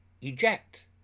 eject